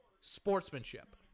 Sportsmanship